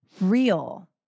Real